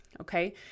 okay